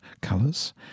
colors